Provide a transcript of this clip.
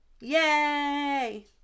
Yay